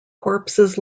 corpses